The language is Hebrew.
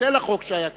יתבטל החוק שהיה קיים.